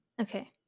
Okay